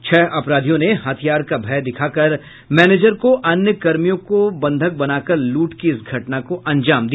छह अपराधियों ने हथियार का भय दिखाकर मैनेजर और अन्य कर्मियों को बंधक बनाकर लूट की इस घटना को अंजाम दिया